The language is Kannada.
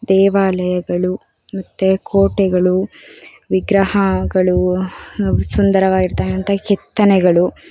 ದೇವಾಲಯಗಳು ಮತ್ತು ಕೋಟೆಗಳು ವಿಗ್ರಹಗಳು ಸುಂದರವಾಗಿರತಕ್ಕಂಥ ಕೆತ್ತನೆಗಳು